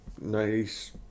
Nice